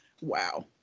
Wow